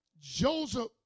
Joseph